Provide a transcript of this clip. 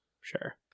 sure